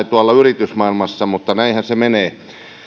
tuolla yritysmaailmassa näinhän se menee